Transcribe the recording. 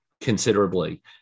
considerably